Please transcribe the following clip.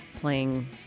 playing